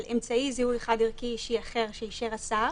אמצעי זיהוי חד ערכי אישי אחר שאישר השר